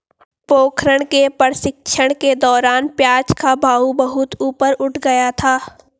पोखरण के प्रशिक्षण के दौरान प्याज का भाव बहुत ऊपर उठ गया था